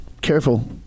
Careful